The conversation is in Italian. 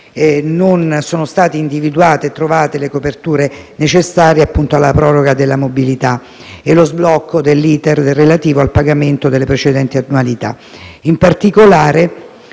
Non sono state individuate le coperture necessarie alla proroga della mobilità e allo sblocco dell'*iter* relativo al pagamento delle precedenti annualità.